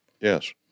Yes